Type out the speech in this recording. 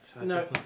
No